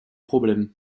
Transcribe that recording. problèmes